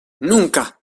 nunca